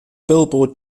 billboard